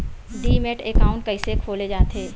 Demat account कइसे खोले जाथे?